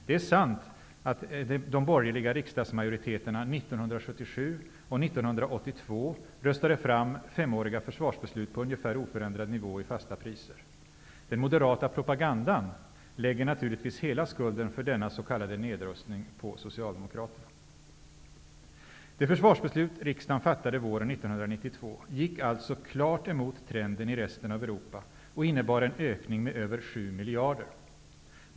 Det är sant att de borgerliga riksdagsmajoriteterna 1977 och 1982 röstade fram femåriga förvarsbeslut på ungefär oförändrad nivå i fasta priser. Den moderata propagandan lägger naturligtvis hela skulden för denna s.k. nedrustning på gick alltså klart emot trenden i resten av Europa och innebar en ökning av försvarsbudgeten med över 7 miljarder.